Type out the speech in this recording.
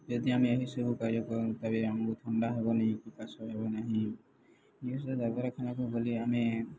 ଯଦି ଆମେ ଏହିସବୁ କାର୍ଯ୍ୟ କରୁ ତ ଆମକୁ ଥଣ୍ଡା ହେବନି କି କାଶ ହେବ ନାହିଁ ଏ ଡାକ୍ତରଖାନାକୁ ଗଲେ ଆମେ